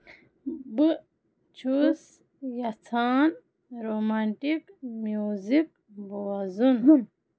بہٕ چھُس یژھان رومانٹِک میوٗزک بوزُن